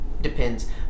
depends